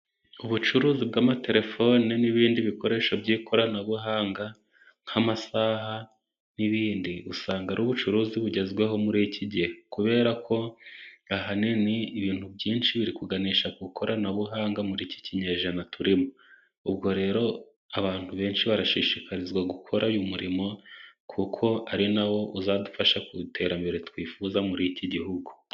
Umubucuruzi bw'amaterefoni n'ibindi bikoresho by'ikoranabuhanga， nk'amasaha， n'ibindi，usanga ari ubucuruzi bugezweho muri iki gihe，kubera ko ahanini ibintu byinshi biri kuganisha ku ikoranabuhanga， muri iki kinyejana turimo. Ubwo rero abantu benshi barashishikarizwa gukora uyu murimo，kuko ari nawo uzadufasha ku iterambere twifuza muri iki gihugu.